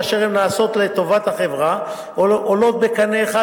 כאשר הן נעשות לטובת החברה או עולות בקנה אחד